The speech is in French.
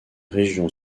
région